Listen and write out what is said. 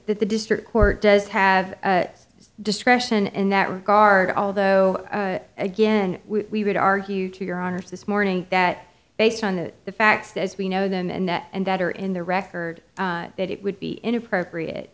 that the district court does have its discretion in that regard although again we would argue to your honor's this morning that based on the facts as we know them and net and that are in the record that it would be inappropriate